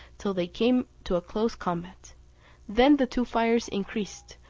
till they came to close combat then the two fires increased,